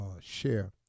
share